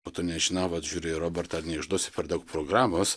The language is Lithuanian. po to nežinau vat žiūriu į robertą ar neišduosiu per daug programos